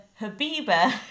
habiba